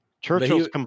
Churchill's